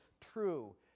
true